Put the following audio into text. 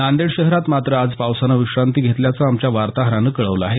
नांदेड शहरात मात्र आज पावसानं विश्रांती घेतल्याचं आमच्या वार्ताहरानं कळवलं आहे